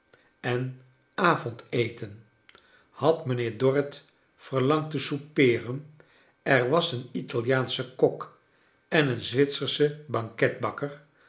en avondeten had mijnheer dorrit verlangd te soupeeren er was een italiaansche kok en ieen zwitsersche